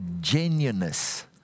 genuineness